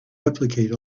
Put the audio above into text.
replicate